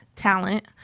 talent